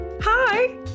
hi